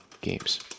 games